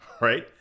Right